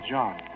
John